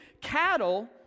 Cattle